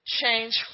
change